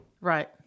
right